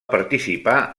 participar